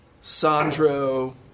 Sandro